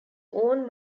own